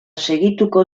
segituko